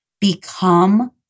Become